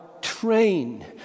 train